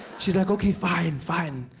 she's like, okay fine, fine.